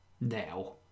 now